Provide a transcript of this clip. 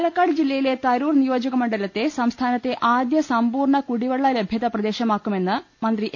പാലക്കാട് ജില്ലയിലെ തരൂർ നിയോജക മണ്ഡലത്തെ സംസ്ഥാനത്തെ ആദ്യ സമ്പൂർണ കുടിവെള്ള ലഭ്യത പ്രദേശമാക്കുമെന്നു മന്ത്രി എ